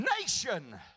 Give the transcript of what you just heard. nation